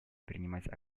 принимать